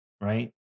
right